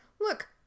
look